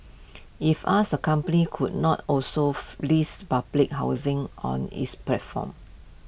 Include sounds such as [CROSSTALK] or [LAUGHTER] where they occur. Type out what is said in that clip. if asked the company could not also [NOISE] list public housing on its platform